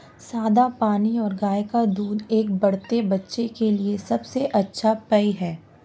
सादा पानी और गाय का दूध एक बढ़ते बच्चे के लिए सबसे अच्छा पेय हैं